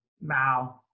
Wow